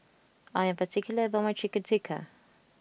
I am particular about my Chicken Tikka